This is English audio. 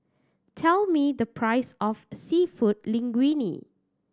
tell me the price of Seafood Linguine